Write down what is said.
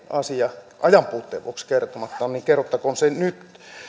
asia ajanpuutteen vuoksi kertomatta niin kerrottakoon se nyt